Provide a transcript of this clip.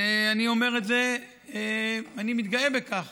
ואני אומר את זה, אני מתגאה בכך